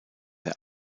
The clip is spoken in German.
der